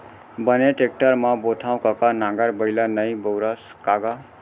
बने टेक्टर म बोथँव कका नांगर बइला नइ बउरस का गा?